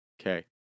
Okay